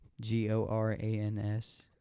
G-O-R-A-N-S